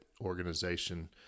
organization